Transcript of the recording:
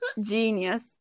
Genius